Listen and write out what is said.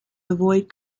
avoid